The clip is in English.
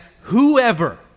whoever